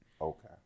okay